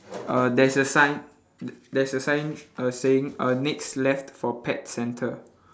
uh there's a sign there's a sign uh saying uh next left for pet centre